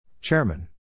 Chairman